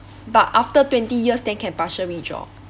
but after twenty years then can partial withdraw